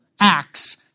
acts